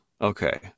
Okay